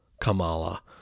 Kamala